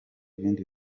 bindi